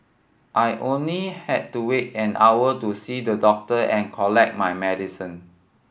I only had to wait an hour to see the doctor and collect my medicine